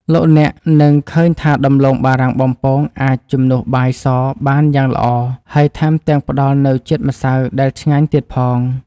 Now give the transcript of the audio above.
លោកអ្នកនឹងឃើញថាដំឡូងបារាំងបំពងអាចជំនួសបាយសបានយ៉ាងល្អហើយថែមទាំងផ្តល់នូវជាតិម្សៅដែលឆ្ងាញ់ទៀតផង។